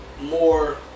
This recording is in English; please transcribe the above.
more